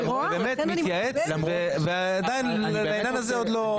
באמת מתייעץ ועדיין העניין הזה עוד לא,